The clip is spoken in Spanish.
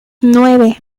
nueve